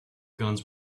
guns